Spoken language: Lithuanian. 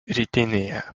rytinėje